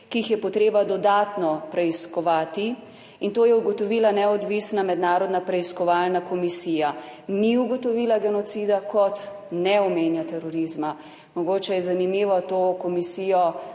ki jih je potrebno dodatno preiskovati in to je ugotovila neodvisna mednarodna preiskovalna komisija. Ni ugotovila genocida, kot ne omenja terorizma. Mogoče je zanimivo to komisijo